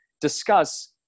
discuss